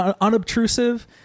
unobtrusive